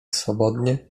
swobodnie